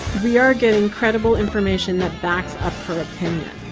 we are getting credible information that backs up her opinion.